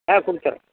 ஆ கொடுத்துர்றேன்